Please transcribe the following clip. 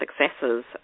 successes